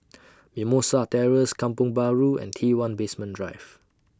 Mimosa Terrace Kampong Bahru and T one Basement Drive